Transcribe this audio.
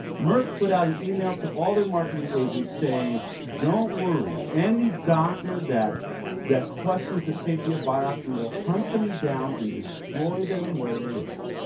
merck put out an email to all their marketing agents saying don't worry, any doctor that that questions the safety of vioxx, we will hunt them down and destroy them where they live.